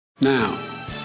Now